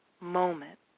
moment